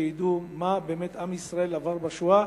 שידעו באמת מה עם ישראל עבר בשואה,